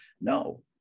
No